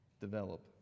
develop